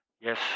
Yes